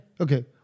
Okay